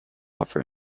offer